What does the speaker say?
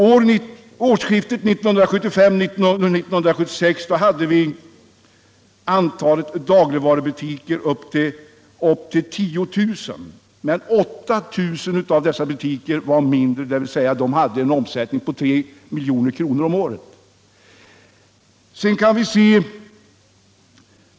Vid årsskiftet 1975-1976 hade vi 10 000 dagligvarubutiker. Av dem sålde ungefär 8 000 för mindre än 3 milj.kr. om året.